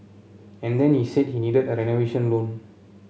and then he said he needed a renovation loan